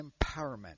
empowerment